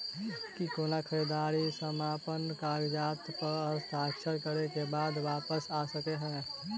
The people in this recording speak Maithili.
की कोनो खरीददारी समापन कागजात प हस्ताक्षर करे केँ बाद वापस आ सकै है?